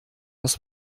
das